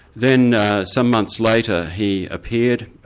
then some months later, he appeared,